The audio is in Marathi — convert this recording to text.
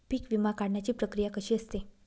पीक विमा काढण्याची प्रक्रिया कशी असते?